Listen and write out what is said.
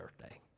birthday